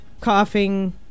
coughing